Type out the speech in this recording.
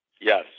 Yes